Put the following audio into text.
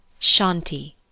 Shanti